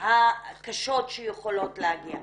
הקשות שיכולות להגיע.